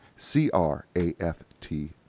C-R-A-F-T